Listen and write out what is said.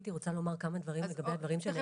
הייתי רוצה לומר כמה דברים לגבי הדברים שנאמרו.